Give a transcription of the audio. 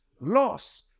loss